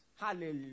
Hallelujah